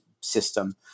system